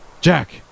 Jack